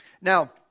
Now